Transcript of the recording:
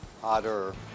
Hotter